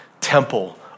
temple